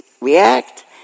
react